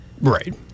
Right